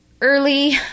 early